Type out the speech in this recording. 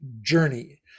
journey